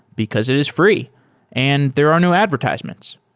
because it is free and there are no advertisements.